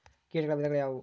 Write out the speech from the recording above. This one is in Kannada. ಕೇಟಗಳ ವಿಧಗಳು ಯಾವುವು?